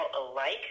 alike